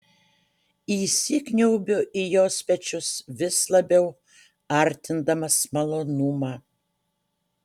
įsikniaubiu į jos pečius vis labiau artindamas malonumą